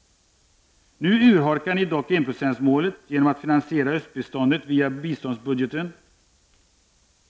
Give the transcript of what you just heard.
Nu urholkar ni dock enprocentsmålet genom att finansiera östbiståndet via biståndsbudgeten.